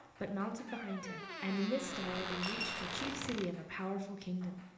but mounted behind him, and in this style they reached the chief city of a powerful kingdom.